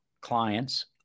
clients